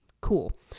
cool